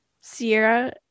Sierra